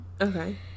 Okay